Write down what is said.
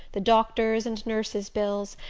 the doctors' and nurses' bills,